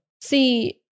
see